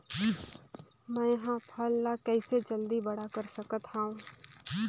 मैं ह फल ला कइसे जल्दी बड़ा कर सकत हव?